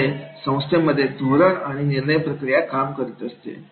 त्यामुळे संस्थेमध्ये धोरण आणि निर्णय प्रक्रिया काम करत असते